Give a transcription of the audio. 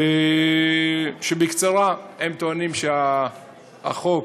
בקצרה, הם טוענים שהחוק,